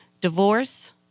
divorce